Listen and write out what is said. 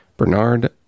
Bernard